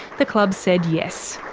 the club said yes.